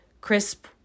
crisp